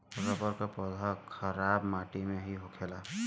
rubber क पौधा खराब माटी में भी होखेला